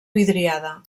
vidriada